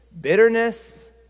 bitterness